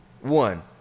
one